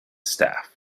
staff